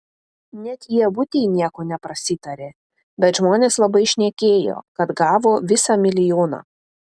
net ievutei nieko neprasitarė bet žmonės labai šnekėjo kad gavo visą milijoną